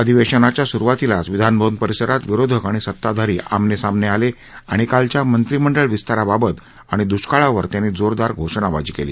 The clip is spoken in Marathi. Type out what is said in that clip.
अधिवेशाच्या सुरुवातीलाच विधानभवन परिसरात विरोधक आणि सत्ताधारी आमने सामने आले आणि कालच्या मंत्रीमंडळ विस्ताराबाबत आणि दृष्काळावर त्यांनी जोरदार घोषणा बाजी केली